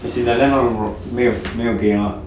as in like that 他没有没有给 mah